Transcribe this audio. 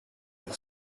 par